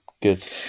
good